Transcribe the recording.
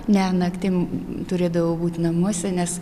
ne naktim turėdavau būt namuose nes